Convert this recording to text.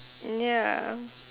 ya